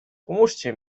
pomóżcie